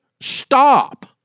stop